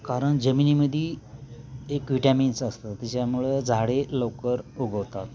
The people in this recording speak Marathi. कारण जमिनीमध्ये एक व्हिटॅमिन्स असतात तिच्यामुळं झाडे लवकर उगवतात